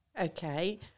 Okay